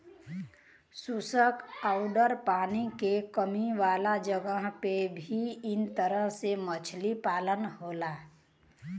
शुष्क आउर पानी के कमी वाला जगह पे भी इ तरह से मछली पालन होला